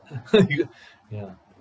you ya